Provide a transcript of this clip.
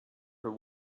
her